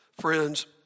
Friends